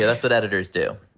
that's what editors do.